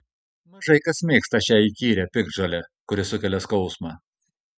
mažai kas mėgsta šią įkyrią piktžolę kuri sukelia skausmą